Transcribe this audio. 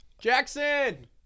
Jackson